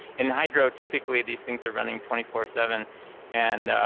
in hydro, typically these things are running twenty four seven and